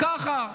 ככה.